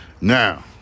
Now